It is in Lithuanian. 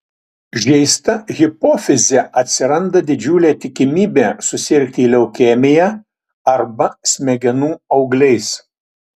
žeista hipofize atsiranda didžiulė tikimybė susirgti leukemija arba smegenų augliais